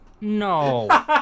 No